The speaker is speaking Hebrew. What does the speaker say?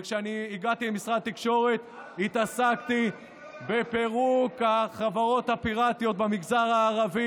וכשהגעתי למשרד התקשורת התעסקתי בפירוק החברות הפירטיות במגזר הערבי,